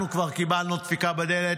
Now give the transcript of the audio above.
אנחנו כבר קיבלנו דפיקה בדלת,